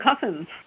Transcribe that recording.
cousins